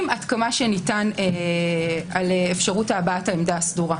עד כמה שניתן על אפשרות הבעת העמדה הסדורה.